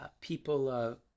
people